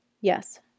Yes